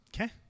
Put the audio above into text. Okay